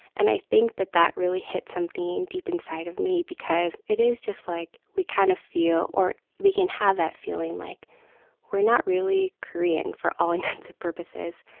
and i think that that really hit something deep inside of me because it is just, like, we kind of feel or we can have that feeling like we're not really korean, for all intents and purposes.